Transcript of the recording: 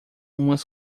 umas